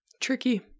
Tricky